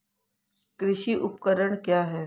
कृषि उपकरण क्या है?